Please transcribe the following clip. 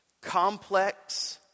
complex